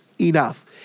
enough